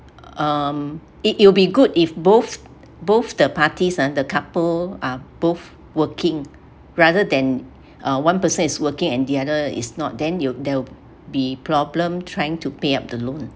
um it it will be good if both both the parties uh the couple are both working rather than uh one person working and the other is not then you they'll be problem trying to pay up the loan